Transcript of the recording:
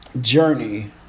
journey